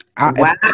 Wow